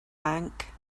bank